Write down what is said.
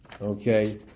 Okay